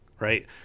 right